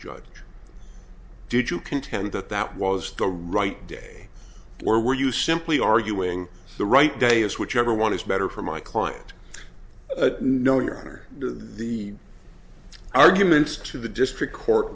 judge did you contend that that was the right day or were you simply arguing the right day is whichever one is better for my client no your honor the arguments to the district court